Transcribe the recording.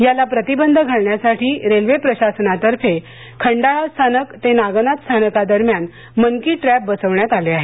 याला प्रतिबंध घालण्यासाठी रेल्वे प्रशासनातर्फे खंडाळा स्थानक ते नागनाथ स्थानका दरम्यान मंकी ट्रॅप बनवण्यात आले आहेत